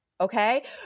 okay